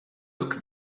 look